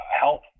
health